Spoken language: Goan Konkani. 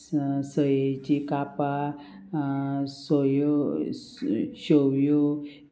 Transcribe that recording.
स सयेची कापां सोयो शेवयो